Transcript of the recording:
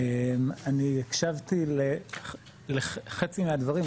אני הקשבתי לחצי מהדברים,